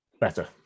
better